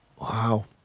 Wow